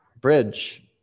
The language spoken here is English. Bridge